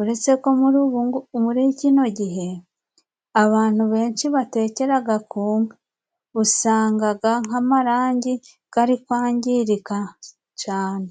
Uretse ko muri ubungu muri kino gihe, abantu benshi batekeraga ku nka. Usangaga nk'amarangi gari kwangirika cane.